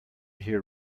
hear